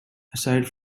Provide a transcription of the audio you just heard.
aside